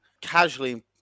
casually